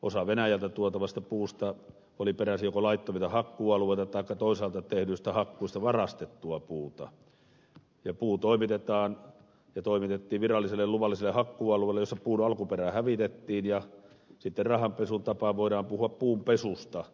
osa venäjältä tuotavasta puusta oli joko peräisin laittomilta hakkuualueilta taikka toisaalta tehdyistä hakkuista varastettua puuta ja puu toimitettiin viralliselle luvalliselle hakkuualueelle missä puun alkuperä hävitettiin ja sitten rahanpesun tapaan voidaan puhua puunpesusta